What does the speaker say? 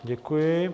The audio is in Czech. Děkuji.